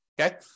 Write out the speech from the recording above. Okay